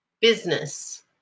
business